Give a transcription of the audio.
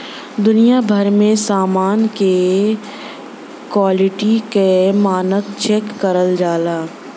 दुनिया भर में समान के क्वालिटी क मानक चेक करल जाला